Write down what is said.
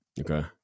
Okay